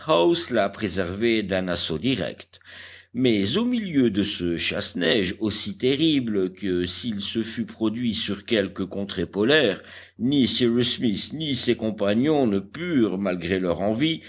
la préservait d'un assaut direct mais au milieu de ce chasse-neige aussi terrible que s'il se fût produit sur quelque contrée polaire ni cyrus smith ni ses compagnons ne purent malgré leur envie